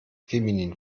feminin